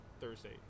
Thursday